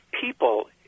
people